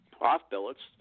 off-billets